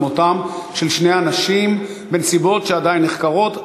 על מותם של שני אנשים בנסיבות שעדיין נחקרות.